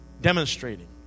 demonstrating